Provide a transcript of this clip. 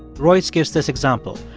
royce gives this example.